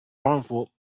harmful